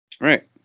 Right